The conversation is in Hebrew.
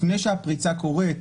לפני שהפריצה קורית,